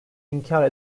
inkar